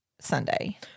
Sunday